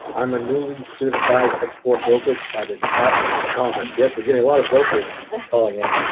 i'm a newly certified export broker by the department of commerce. i guess we're getting a lot of brokers calling in.